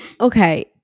okay